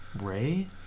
Ray